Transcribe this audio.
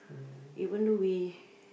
even though we